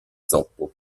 zoppo